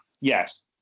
Yes